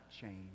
change